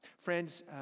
Friends